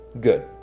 Good